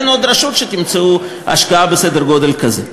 אין עוד רשות שתמצאו השקעה בסדר גודל כזה.